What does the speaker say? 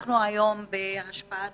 היום 13 במאי 2020. אנחנו היום בהשפעת